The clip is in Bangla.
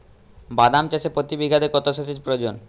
বাদাম চাষে প্রতি বিঘাতে কত সেচের প্রয়োজন?